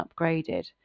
upgraded